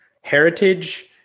heritage